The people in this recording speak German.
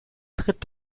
tritt